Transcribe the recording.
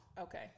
Okay